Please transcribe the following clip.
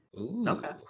okay